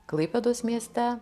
klaipėdos mieste